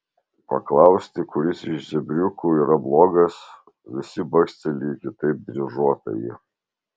paklausti kuris iš zebriukų yra blogas visi baksteli į kitaip dryžuotąjį